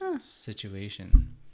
situation